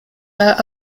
are